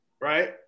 Right